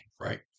Right